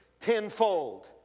tenfold